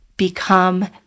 become